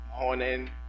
morning